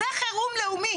זה חירום לאומי.